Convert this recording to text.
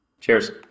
Cheers